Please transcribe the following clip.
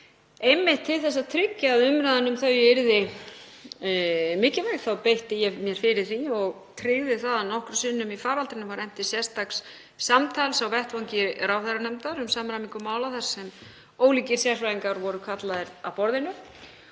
einmitt til að tryggja að umræðan um þau yrði mikilvæg þá beitti ég mér fyrir því og tryggði það að nokkrum sinnum í faraldrinum var efnt til sérstaks samtals á vettvangi ráðherranefndar um samræmingu mála þar sem ólíkir sérfræðingar voru kallaðir að borðinu,